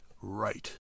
Right